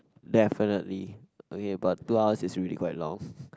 definitely okay but two hours is really quite long